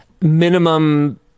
minimum